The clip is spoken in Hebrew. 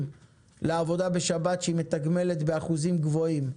לעבודה בשבת שהיא מתגמלת באחוזים גבוהים,